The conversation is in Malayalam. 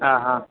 ആ ഹാ